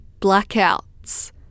blackouts